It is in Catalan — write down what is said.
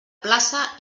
plaça